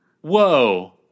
whoa